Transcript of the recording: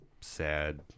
sad